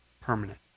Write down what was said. permanent